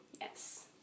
Yes